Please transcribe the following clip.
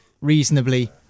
reasonably